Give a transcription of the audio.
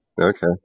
Okay